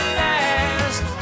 last